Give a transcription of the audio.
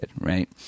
right